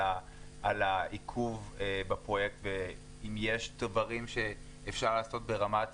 העיכוב בפרויקט ואם יש דברים שאפשר לעשות ברמת